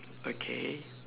okay